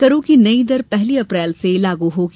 करों की नई दर पहली अप्रैल से लागू होगी